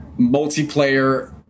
multiplayer